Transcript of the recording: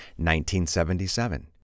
1977